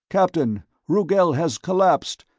captain! rugel has collapsed!